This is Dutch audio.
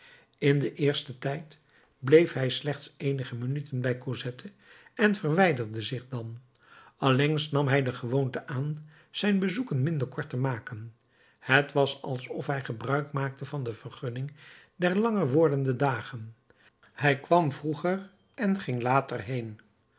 in den eersten tijd bleef hij slechts eenige minuten bij cosette en verwijderde zich dan allengs nam hij de gewoonte aan zijn bezoeken minder kort te maken het was alsof hij gebruik maakte van de vergunning der langer wordende dagen hij kwam vroeger en ging later heen